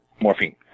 morphine